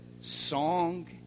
song